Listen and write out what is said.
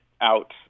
out